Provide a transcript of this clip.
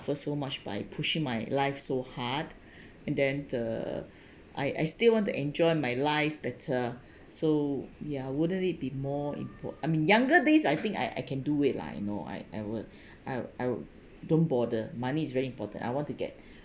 suffer so much by pushing my life so hard and then the I I still want to enjoy my life better so ya wouldn't it be more import~ I mean younger days I think I I can do it lah you know I I would I would I would don't bother money is very important I want to get